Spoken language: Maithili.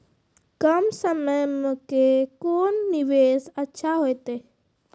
कम समय के कोंन निवेश अच्छा होइतै?